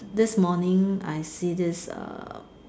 this morning I see this err